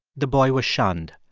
the boy was shunned.